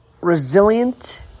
resilient